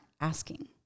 asking